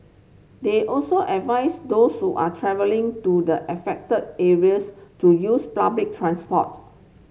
they also advised those so are travelling to the affected areas to use public transport